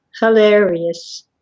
hilarious